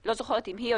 לא זוכרת אם היא,